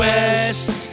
West